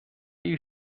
you